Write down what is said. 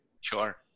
Sure